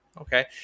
okay